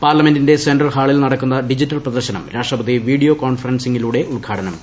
പാർലമെന്റിന്റെ സെൻട്രൽ ഹാളിൽ നടക്കുന്ന ഡിജിറ്റൽ പ്രദർശനം രാഷ്ട്രപതി വീഡിയോ കോൺഫറൻസിംഗിലൂടെ ഉദ്ഘാടനം ചെയ്യും